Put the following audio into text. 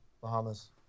Bahamas